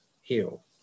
Heal